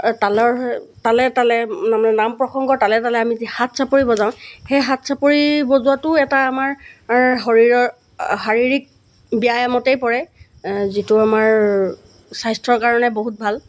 তালৰ তালে তালে মানে নামপ্ৰসংগৰ তালে তালে আমি যিটো হাত চাপৰি বজাওঁ সেই হাত চাপৰি বজোৱাটো এটা আমাৰ শৰীৰৰ শাৰীৰিক ব্যায়মতেই পৰে যিটো আমাৰ স্বাস্থ্যৰ কাৰণে বহুত ভাল